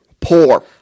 poor